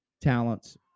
talents